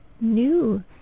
new